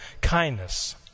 kindness